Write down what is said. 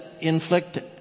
inflict